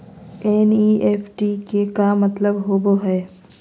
NEFT के का मतलव होव हई?